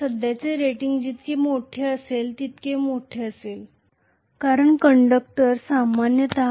सध्याचे रेटिंग जितके मोठे असेल तितके मोठे असेल कारण कंडक्टर दाट होतील